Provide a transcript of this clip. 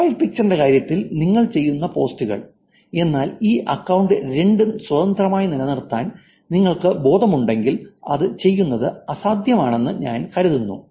profile പിക്ചറിന്റെ കാര്യത്തിൽ നിങ്ങൾ ചെയ്യുന്ന പോസ്റ്റുകൾ എന്നാൽ ഈ അക്കൌണ്ട് രണ്ട് സ്വതന്ത്രമായി നിലനിർത്താൻ നിങ്ങൾക്ക് ബോധമുണ്ടെങ്കിൽ അത് ചെയ്യുന്നത് അസാധ്യമാണെന്ന് ഞാൻ കരുതുന്നു